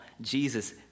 Jesus